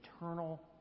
eternal